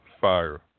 fire